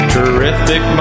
Terrific